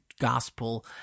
gospel